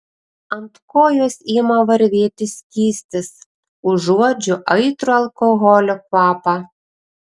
ant kojos ima varvėti skystis užuodžiu aitrų alkoholio kvapą